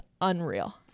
unreal